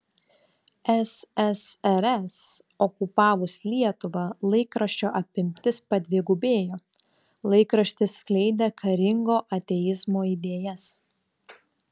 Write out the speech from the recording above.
ssrs okupavus lietuvą laikraščio apimtis padvigubėjo laikraštis skleidė karingo ateizmo idėjas